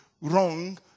wrong